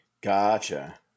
Gotcha